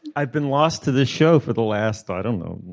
i've been lost to this show for the last i don't know a